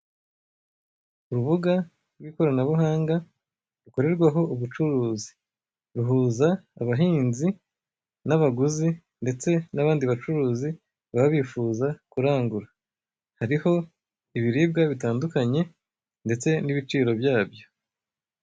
Urubuga rw'ikoranabuhanga rukorerwaho ubucuruzi, ruhuza abahinzi n'abaguzi ndetse n'abandi bacuruzi baba bifuza kurangura, hariho ibiribwa bitandukanye ndetse n'ibiciro byabyo.